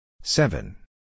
Seven